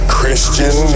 Christian